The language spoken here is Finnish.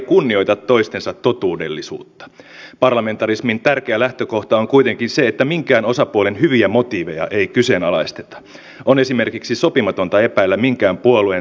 arvoisa ministeri onko ministeriössä selvitetty mikä on vaihtoehtoinen ratkaisu siinä tilanteessa jos suomi ei saa asedirektiiviin poikkeusta edes erityisen maanpuolustusjärjestelmänsä vuoksi